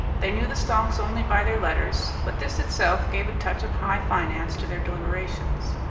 they knew the stocks only by their letters, but this itself gave a touch of high finance to their deliberations.